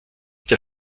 der